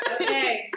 Okay